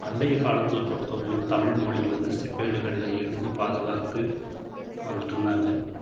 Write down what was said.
பண்டைய காலத்தில் பொறுத்த வரையிலையும் தமிழ் மொழி வந்து செப்பேடுகளில் எழுதி பாதுகாத்து வந்துட்யிருந்தாங்க